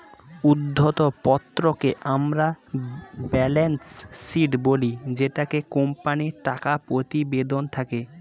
উদ্ধৃত্ত পত্রকে আমরা ব্যালেন্স শীট বলি জেটাতে কোম্পানির টাকা প্রতিবেদন থাকে